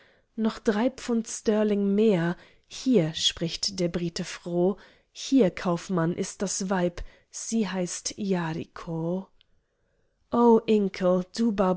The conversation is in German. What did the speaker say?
noch drei pfund sterling mehr hier spricht der brite froh hier kaufmann ist das weib sie heißt yariko o